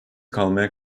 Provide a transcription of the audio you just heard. kalmaya